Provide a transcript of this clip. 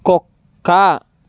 కుక్క